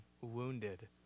wounded